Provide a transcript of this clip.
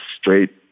straight